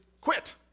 quit